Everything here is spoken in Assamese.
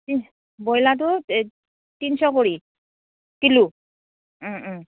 ব্ৰইলাৰটো তিনশ কৰি কিলো